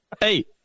Hey